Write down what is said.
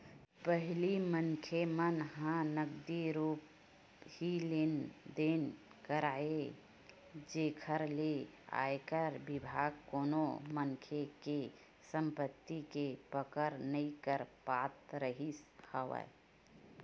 पहिली मनखे मन ह नगदी रुप ही लेन देन करय जेखर ले आयकर बिभाग कोनो मनखे के संपति के पकड़ नइ कर पात रिहिस हवय